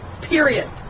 Period